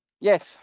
yes